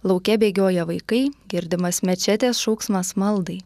lauke bėgioja vaikai girdimas mečetės šauksmas maldai